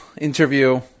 interview